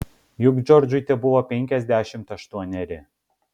juk džordžui tebuvo penkiasdešimt aštuoneri